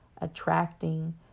attracting